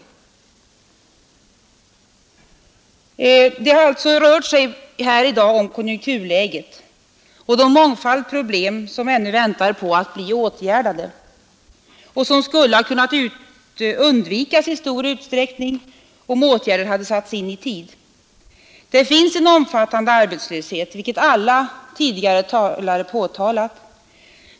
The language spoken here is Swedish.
Debatten i dag har alltså rört sig om konjunkturläget och den mångfald av problem som ännu väntar på att bli åtgärdade och som skulle ha kunnat undvikas i stor utsträckning, om åtgärder hade satts in i tid. Det finns en omfattande arbetslöshet, vilket alla tidigare talare har framhållit.